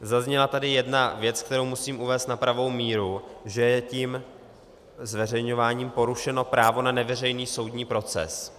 Zazněla tady jedna věc, kterou musím uvést na pravou míru, že je tím zveřejňováním porušeno právo na neveřejný soudní proces.